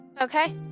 okay